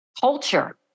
culture